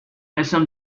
assume